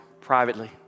privately